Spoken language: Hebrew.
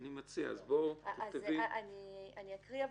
אני אקריא,